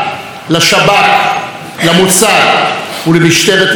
למוסד ולמשטרת ישראל על המאמצים